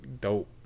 dope